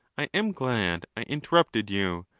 i am glad i interrupted you,